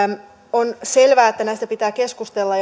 on selvää että näistä pitää keskustella